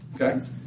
Okay